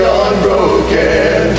unbroken